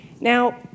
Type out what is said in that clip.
Now